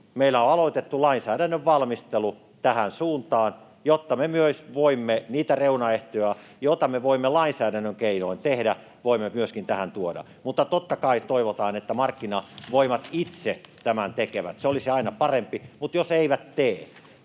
meillä on aloitettu lainsäädännön valmistelu tähän suuntaan, jotta niitä reunaehtoja, joita me voimme lainsäädännön keinoin tehdä, voimme myöskin tähän tuoda. Mutta totta kai toivotaan, että markkinavoimat itse tämän tekevät. Se olisi aina parempi, mutta jos eivät tee,